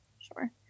Sure